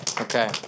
Okay